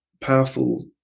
powerful